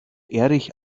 erich